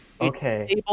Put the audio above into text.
Okay